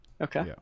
Okay